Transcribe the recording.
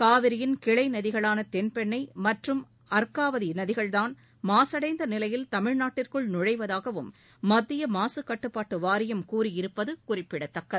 காவிரியின் கிளைநதிகளானதென்பெண்ணைமற்றும் அர்க்காவதிநதிகள் தான் மாசடைந்தநிலையில் தமிழ்நாட்டிற்குள் நுழைவதாகவும் மத்தியமாசுகட்டுப்பாட்டுவாரியம் கூறியிருப்பதுகுறிப்பிடத்தக்கது